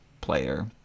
player